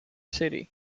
city